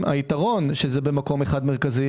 והיתרון שזה במקום אחד מרכזי